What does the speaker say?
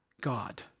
God